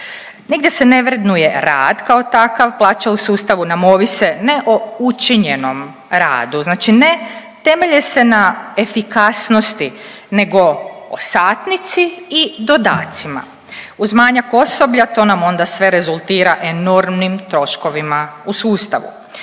Nigdje se ne vrednuje rad kao takav. Plaće u sustavu nam ovise ne o učinjenom radu, znači ne temelje se na efikasnosti nego o satnici i dodacima. Uz manjak osoblja to nam onda sve rezultira enormnim troškovima u sustavu.